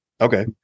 okay